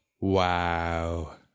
Wow